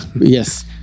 yes